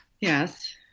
yes